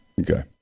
Okay